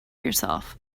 yourself